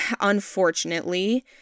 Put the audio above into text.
unfortunately